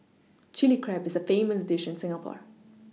Chilli Crab is a famous dish in Singapore